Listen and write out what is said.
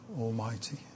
Almighty